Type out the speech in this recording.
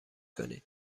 کنید